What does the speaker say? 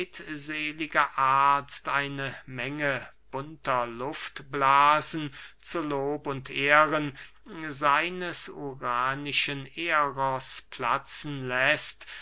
redselige arzt eine menge bunter luftblasen zu lob und ehren seines uranischen eros platzen läßt